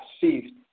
see